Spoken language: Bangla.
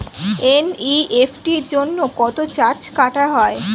এন.ই.এফ.টি জন্য কত চার্জ কাটা হয়?